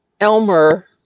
Elmer